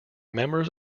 members